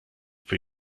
für